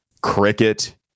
cricket